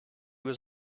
was